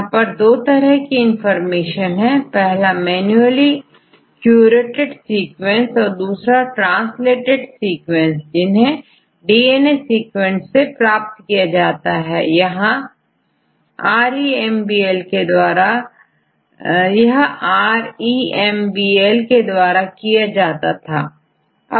यहां पर दो तरह की इंफॉर्मेशन है पहला मैनुअली क्यूरेटेड सीक्वेंस और दूसरा ट्रांसलेटेड सीक्वेंस जिन्हें डीएनए सीक्वेंस से प्राप्त किया जाता है यहTrEMBL के द्वारा किया जाता था